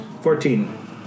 Fourteen